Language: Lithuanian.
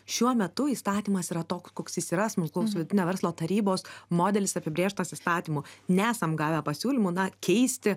šiuo metu įstatymas yra toks koks jis yra smulkaus vidutinio verslo tarybos modelis apibrėžtas įstatymu nesam gavę pasiūlymą keisti